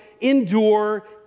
endure